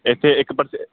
ਇੱਥੇ ਇੱਕ ਪਾਸੇ